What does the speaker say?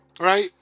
right